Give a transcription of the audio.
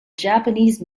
japanese